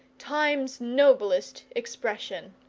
time's noblest expression.